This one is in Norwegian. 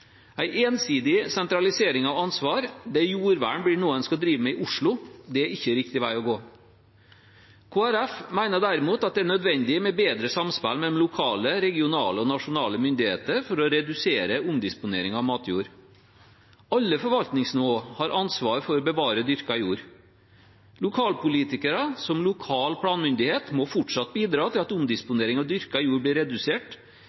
ensidig sentralisering av ansvar, der jordvern blir noe en skal drive med i Oslo, er ikke riktig vei å gå. Kristelig Folkeparti mener derimot at det er nødvendig med bedre samspill mellom lokale, regionale og nasjonale myndigheter for å redusere omdisponering av matjord. Alle forvaltningsnivå har ansvar for å bevare dyrket jord. Lokalpolitikere som lokal planmyndighet må fortsatt bidra til at omdisponering av dyrket jord blir redusert,